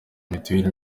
mituweli